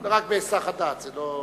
זה רק בהיסח הדעת, זה לא,